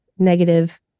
negative